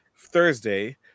Thursday